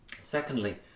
Secondly